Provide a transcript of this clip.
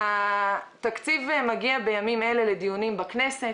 התקציב מגיע בימים אלה לדיונים בכנסת,